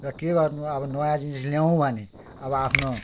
र के गर्नु अब नयाँ चिज ल्याउँ भने अब आफ्नो